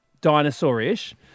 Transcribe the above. dinosaur-ish